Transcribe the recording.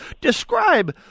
Describe